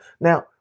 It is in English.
Now